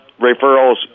referrals